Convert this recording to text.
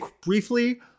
briefly